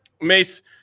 Mace